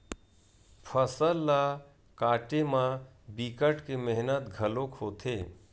फसल ल काटे म बिकट के मेहनत घलोक होथे